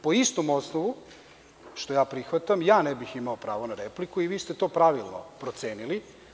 Po istom osnovu, što ja prihvatam, ja ne bih imao pravo na repliku i vi ste to pravilno procenili.